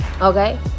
okay